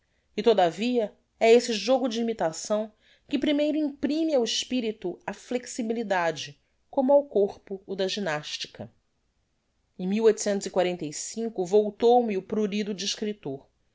e todavia é esse jogo de imitação que primeiro imprime ao espirito a flexibilidade como ao corpo o da gymnastica em voltou me o prurido de escriptor